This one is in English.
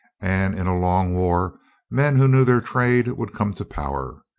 and in a long war men who knew their trade would come to power.